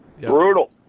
Brutal